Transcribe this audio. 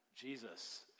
Jesus